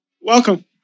Welcome